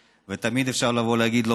תמיד אפשר לבוא להגיד: חסר,